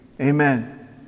amen